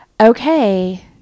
okay